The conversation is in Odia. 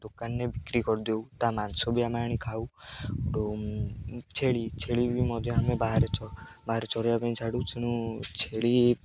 ଦୋକାନରେ ବିକ୍ରି କରିଦେଉ ତା' ମାଂସ ବି ଆମେ ଆଣି ଖାଉ ଛେଳି ଛେଳି ବି ମଧ୍ୟ ଆମେ ବାହାରେ ବାହାରେ ଚରିବା ପାଇଁ ଛାଡ଼ୁ ତେଣୁ ଛେଳି